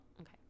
okay